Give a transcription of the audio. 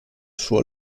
suo